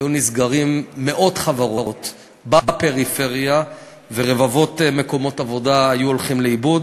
היו נסגרות מאות חברות בפריפריה ורבבות מקומות עבודה היו הולכים לאיבוד.